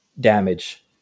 damage